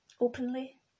openly